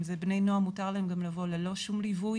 זה בני נוער שמותר להם גם לבוא ללא שום ליווי